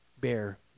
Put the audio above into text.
Bear